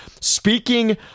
Speaking